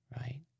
right